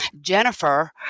Jennifer